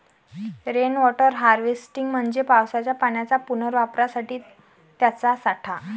rain water harvesting म्हणजे पावसाच्या पाण्याच्या पुनर्वापरासाठी त्याचा साठा